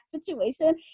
situation